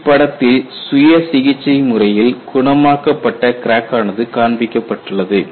இப்படத்தில் சுய சிகிச்சை முறையில் குணமாக்க பட்ட கிராக் ஆனது காண்பிக்கப்பட்டுள்ளது